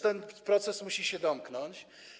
Ten proces musi się domknąć.